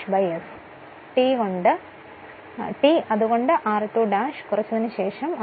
T അതുകൊണ്ട് r2' കുറച്ചതിനുശേഷം r2' ചേർക്കുക